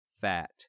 fat